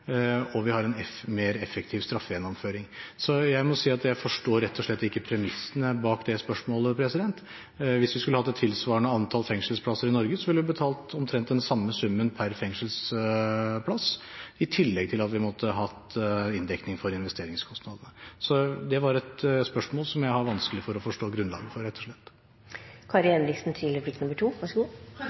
og vi har en mer effektiv straffegjennomføring. Så jeg forstår rett og slett ikke premissene bak det spørsmålet. Hvis vi skulle hatt et tilsvarende antall fengselsplasser i Norge, ville vi betalt omtrent den samme summen per fengselsplass, i tillegg til at vi måtte hatt inndekning for investeringskostnadene. Så det er et spørsmål som jeg har vanskelig for å forstå grunnlaget for, rett og slett.